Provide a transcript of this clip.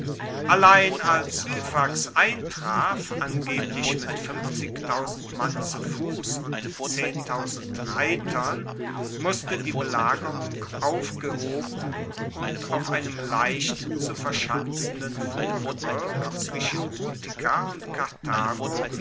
allein als syphax eintraf angeblich mit mann zu fuss und reitern musste die belagerung aufgehoben und auf einem leicht zu verschanzenden vorgebirg zwischen utica und karthago